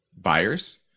buyers